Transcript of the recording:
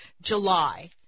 July